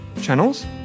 channels